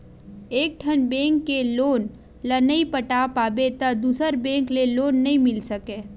एकठन बेंक के लोन ल नइ पटा पाबे त दूसर बेंक ले लोन नइ मिल सकय